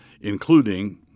including